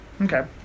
Okay